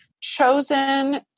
chosen